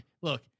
Look